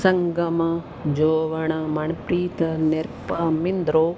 Sangam Joban Manpreet Nirbh Mindro